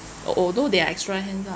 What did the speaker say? al~ although there are extra hands ah